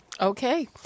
Okay